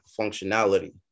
functionality